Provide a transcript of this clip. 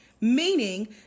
Meaning